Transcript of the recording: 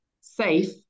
safe